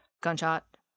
gunshot